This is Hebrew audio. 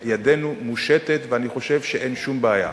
ידנו מושטת, ואני חושב שאין שום בעיה.